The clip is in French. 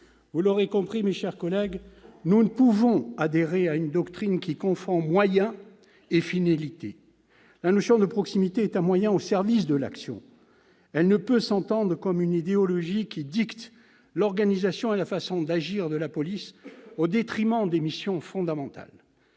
Vous l'aurez compris, mes chers collègues, nous ne pouvons adhérer à une doctrine qui confond moyens et finalités ! La notion de proximité est un moyen au service de l'action ; elle ne peut s'entendre comme une idéologie qui dicte l'organisation et la façon d'agir de la police, au détriment des missions fondamentales